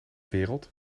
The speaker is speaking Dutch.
wereld